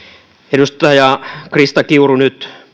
edustaja krista kiuru nyt